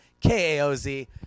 K-A-O-Z